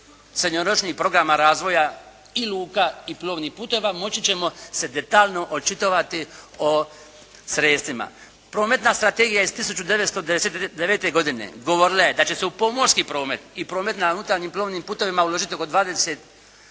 srednjoročnih programa razvoja i luka i plovnih putova moći ćemo se detaljno očitovati o sredstvima. Prometna strategija iz 1909. godine govorila je da će se u pomorski promet i promet na unutarnjim plovnim putovima uložiti 20%